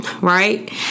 Right